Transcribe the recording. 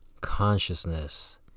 consciousness